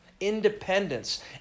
independence